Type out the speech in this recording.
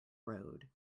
road